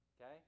Okay